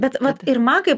bet vat ir man kaip